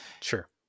sure